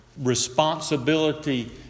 responsibility